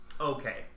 Okay